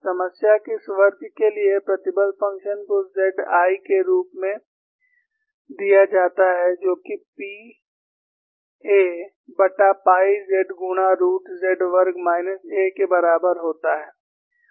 समस्या के इस वर्ग के लिए प्रतिबल फ़ंक्शन को Z 1 के रूप में दिया जाता है जो कि P aपाई z गुणा रूट z वर्ग माइनस a के बराबर होता है